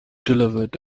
delivered